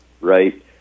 Right